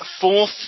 fourth